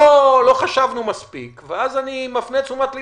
לא חשבנו מספיק ואז אני מפנה את תשומת לבך,